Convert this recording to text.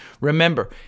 Remember